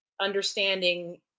understanding